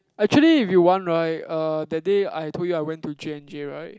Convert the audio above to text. actually if you want right uh that day I told you I went to J-and-J right